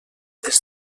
des